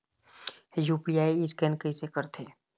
UPI scan कइसे करथे?